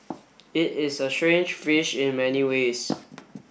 it is a strange fish in many ways